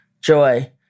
joy